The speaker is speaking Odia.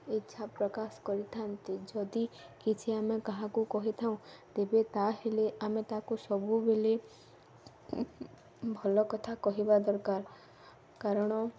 ଇଚ୍ଛା ପ୍ରକାଶ କରିଥାନ୍ତି ଯଦି କିଛି ଆମେ କାହାକୁ କହିଥାଉଁ ତେବେ ତା'ହେଲେ ଆମେ ତାକୁ ସବୁବେଳେ ଭଲ କଥା କହିବା ଦରକାର କାରଣ